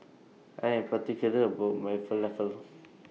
I Am particular about My Falafel